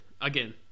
Again